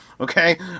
Okay